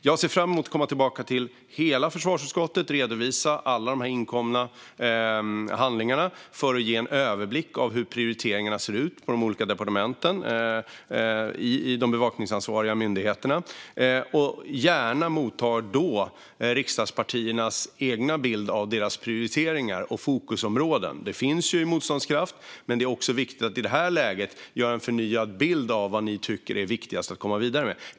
Jag ser fram emot att komma tillbaka till hela försvarsutskottet och redovisa alla inkomna handlingar för att ge en överblick av hur prioriteringarna ser ut på de olika departementen och i de bevakningsansvariga myndigheterna. Då tar jag gärna emot riksdagspartiernas egna bilder av deras prioriteringar och fokusområden. Det finns motståndskraft, men det är viktigt att i det här läget få en förnyad bild av vad ni tycker är viktigast att komma vidare med.